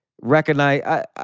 recognize